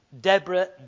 Deborah